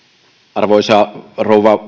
arvoisa rouva